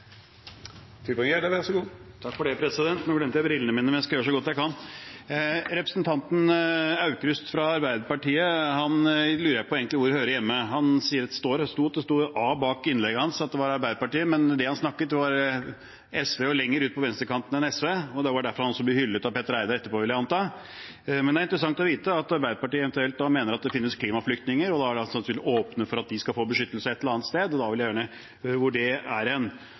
A bak innlegget hans, så det var Arbeiderpartiet, men han snakket som om det skulle vært SV og lenger ut på venstrekanten enn SV, og jeg vil anta at det var derfor han ble hyllet av Petter Eide etterpå. Men det er interessant å vite at Arbeiderpartiet mener det finnes klimaflyktninger, og vil åpne for at de skal få beskyttelse et eller annet sted. Da vil jeg gjerne høre hvor det er